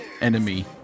enemy